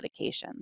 medications